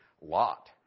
Lot